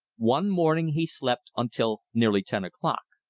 one morning he slept until nearly ten o'clock.